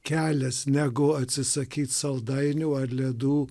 kelias negu atsisakyt saldainių ar ledų